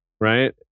right